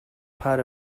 part